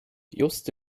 just